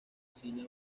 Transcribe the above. cine